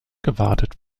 gewartet